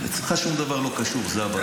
אצלך שום דבר לא קשור, זו הבעיה.